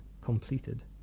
completed